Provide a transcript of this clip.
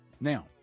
Now